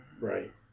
Right